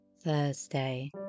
Thursday